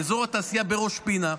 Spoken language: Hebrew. באזור התעשייה בראש פינה,